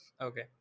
okay